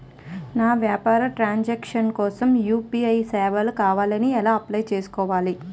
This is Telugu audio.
నా వ్యాపార ట్రన్ సాంక్షన్ కోసం యు.పి.ఐ సేవలు కావాలి ఎలా అప్లయ్ చేసుకోవాలి?